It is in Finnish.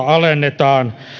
alennetaan